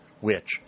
which